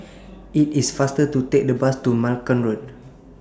IT IS faster to Take The Bus to Malcolm Road